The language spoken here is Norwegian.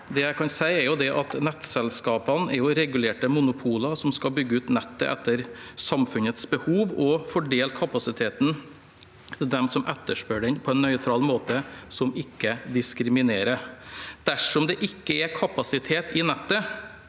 nettselskapene er regulerte monopoler, som skal bygge ut nettet etter samfunnets behov og fordele kapasiteten til dem som etterspør den, på en nøytral måte som ikke diskriminerer. Dersom det ikke er kapasitet i nettet,